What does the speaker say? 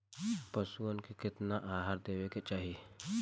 पशुअन के केतना आहार देवे के चाही?